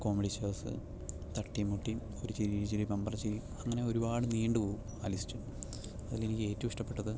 comedy shows തട്ടിയും മുട്ടിയും ഒരു ചിരി ഇരു ചിരി ബംബർ ചിരി അങ്ങനെ ഒരുപാട് നീണ്ടുപോകും ആ ലിസ്റ്റ് അതിൽ എനിക്ക് ഏറ്റവും ഇഷ്ടപ്പെട്ടത്